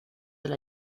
del